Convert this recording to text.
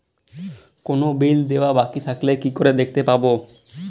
কোনো বিল দেওয়া বাকী থাকলে কি করে দেখতে পাবো?